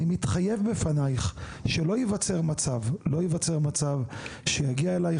אני מתחייב בפניך שלא ייווצר מצב שיגיע אליך